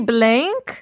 Blank